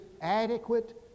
adequate